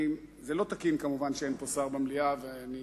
זה לא תקין, כמובן, שאין פה שר במליאה, ואני